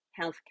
healthcare